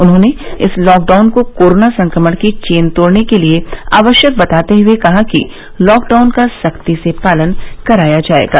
उन्होंने इस लॉकडाउन को कोरोना संक्रमण की चेन तोड़ने के लिये आवश्यक बताते हुए कहा कि लॉकडाउन का सख्ती से पालन कराया जाएगा